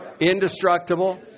indestructible